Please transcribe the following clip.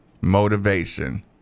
motivation